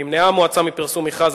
נמנעה המועצה מפרסום מכרז,